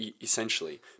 essentially